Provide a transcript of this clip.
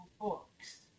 books